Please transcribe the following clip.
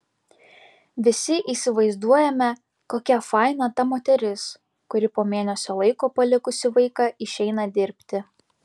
visi įsivaizduojame kokia faina ta moteris kuri po mėnesio laiko palikusi vaiką išeina dirbti